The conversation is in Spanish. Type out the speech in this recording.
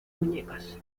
muñecas